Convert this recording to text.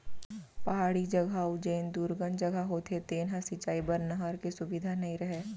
पहाड़ी जघा अउ जेन दुरगन जघा होथे तेन ह सिंचई बर नहर के सुबिधा नइ रहय